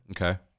Okay